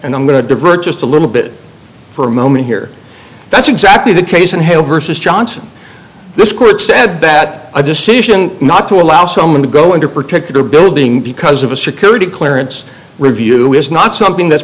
and i'm going to divert just a little bit for a moment here that's exactly the case and have versus johnson this court said that a decision not to allow someone to go into a particular building because of a security clearance review is not something that's